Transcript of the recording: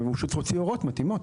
ושהוא יוציא הוראות מתאימות.